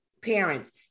parents